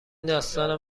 داستان